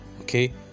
Okay